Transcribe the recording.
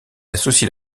associe